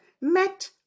met